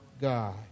God